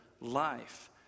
life